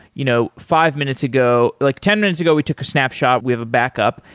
you know five minutes ago like ten minutes ago we took a snapshot. we have a backup.